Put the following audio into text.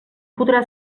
podrà